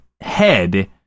head